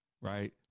Right